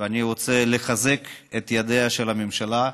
אני רוצה לחזק את ידיה של הממשלה,